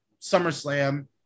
SummerSlam